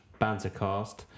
Bantercast